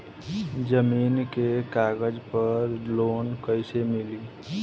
जमीन के कागज पर लोन कइसे मिली?